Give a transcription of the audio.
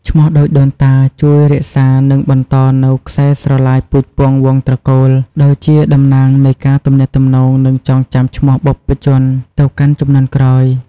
ឈ្មោះដូចដូនតា ជួយរក្សា និងបន្តនូវខ្សែស្រឡាយពូជពង្សវង្សត្រកូល ដោយជាតំណាងនៃការទំនាក់ទំនង និងចងចាំឈ្មោះបុព្វជនទៅកាន់ជំនាន់ក្រោយ។